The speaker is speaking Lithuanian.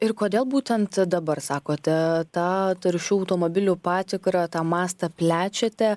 ir kodėl būtent dabar sakote tą taršių automobilių patikrą tą mastą plečiate